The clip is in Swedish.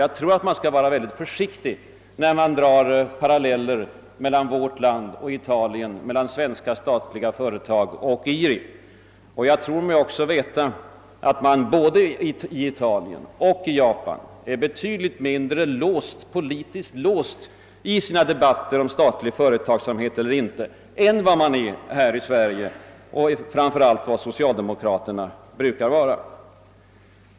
Jag tror man skall vara mycket försiktig med att dra paralleller mellan vårt land och Italien och mellan svenska statliga företag och IRI. Jag tror mig också veta att man både i Italien och i Japan är betydligt mindre politiskt låst i sina debatter om statlig företagsamhet eller inte än vad man är här i Sverige, och framför allt mindre låst än vad socialdemokraterna brukar vara.